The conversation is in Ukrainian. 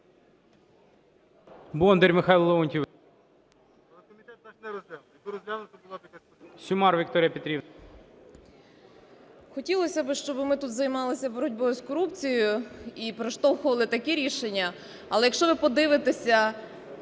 Хотілося б, щоб ми тут займалися боротьбою з корупцією і проштовхували таке рішення. Але якщо ви подивитеся,